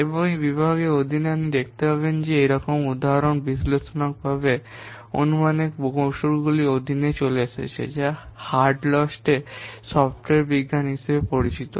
এবং এই বিভাগের অধীনে আপনি দেখতে পাবেন যে এরকম একটি উদাহরণ বিশ্লেষণাত্মক অনুমানের কৌশলগুলির অধীনে চলে আসছে যা হালডস্টের সফটওয়্যার বিজ্ঞান হিসাবে পরিচিত